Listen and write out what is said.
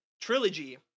trilogy